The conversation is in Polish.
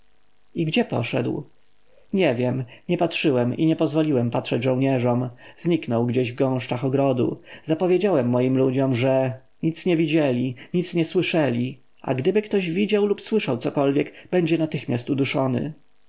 i gdzie poszedł nie wiem nie patrzyłem i nie pozwoliłem patrzeć żołnierzom zniknął gdzieś w gąszczach ogrodu zapowiedziałem moim ludziom że nic nie widzieli nic nie słyszeli a gdyby który widział lub słyszał cokolwiek będzie natychmiast uduszony